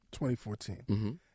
2014